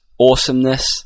awesomeness